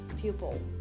pupil